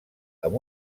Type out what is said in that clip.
amb